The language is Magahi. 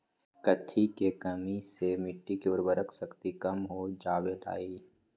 कथी के कमी से मिट्टी के उर्वरक शक्ति कम हो जावेलाई?